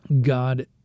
God